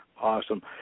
Awesome